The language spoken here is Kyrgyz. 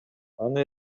аны